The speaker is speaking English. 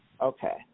Okay